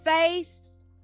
face